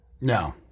No